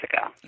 ago